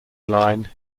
line